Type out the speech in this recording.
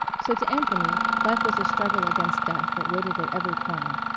so to anthony life was a struggle against death, that waited at every corner.